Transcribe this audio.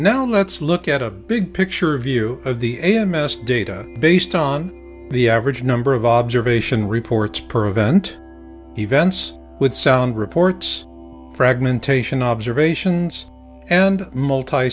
now let's look at a big picture view of the a m s data based on the average number of observation reports provent events with sound reports fragmentation observations and multi